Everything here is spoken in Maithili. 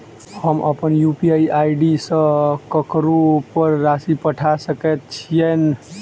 हम अप्पन यु.पी.आई आई.डी सँ ककरो पर राशि पठा सकैत छीयैन?